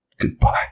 Goodbye